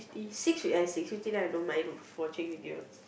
six uh six fifty then I don't mind watching with you